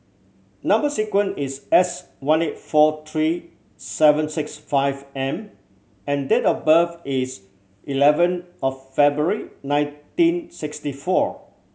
number sequence is S one eight four three seven six five M and date of birth is eleven of February nineteen sixty four